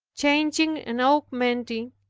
changing and augmenting,